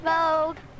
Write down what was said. Vogue